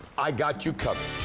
i got you covered,